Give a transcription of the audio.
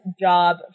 job